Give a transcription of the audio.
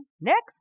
Next